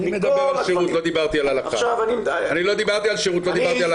אני מדבר על שירות, לא דיברתי על הלכה.